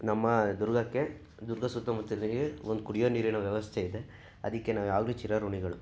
ನಮ್ಮ ದುರ್ಗಕ್ಕೆ ದುರ್ಗ ಸುತ್ತ ಮುತ್ತಲಿಗೆ ಒಂದು ಕುಡಿಯುವ ನೀರಿನ ವ್ಯವಸ್ಥೆ ಇದೆ ಅದಕ್ಕೆ ನಾವು ಯಾವಾಗ್ಲೂ ಚಿರಋಣಿಗಳು